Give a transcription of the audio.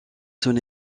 son